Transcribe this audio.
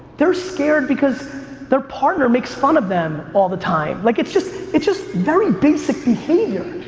they're scared because their partner makes fun of them all the time. like it's just it's just very basic behavior,